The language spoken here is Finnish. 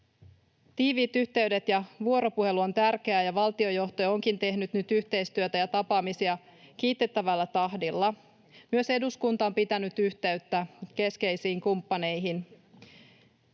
Tiiviit yhteydet ja vuoropuhelu on tärkeää, ja valtiojohto onkin tehnyt nyt yhteistyötä ja tapaamisia kiitettävällä tahdilla. Myös eduskunta on pitänyt yhteyttä keskeisiin kumppaneihin.